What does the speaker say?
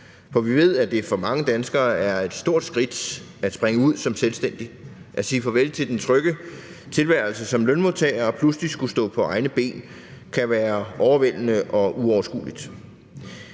For vi ved, at det for mange danskere er et stort skridt at springe ud som selvstændig. At sige farvel til den trygge tilværelse som lønmodtager og pludselig skulle stå på egne ben kan være overvældende og uoverskueligt.